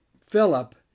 Philip